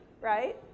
right